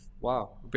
Wow